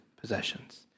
possessions